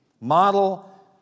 Model